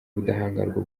ubudahangarwa